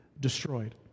destroyed